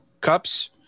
cups